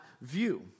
view